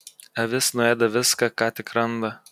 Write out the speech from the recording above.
avis nuėda viską ką tik randa